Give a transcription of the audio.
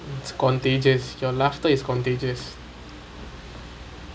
it's contagious your laughter is contagious